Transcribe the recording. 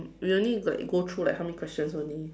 we only got like go through like how many question only